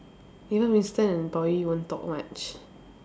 even Winston and Toh Yi won't talk much